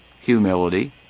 humility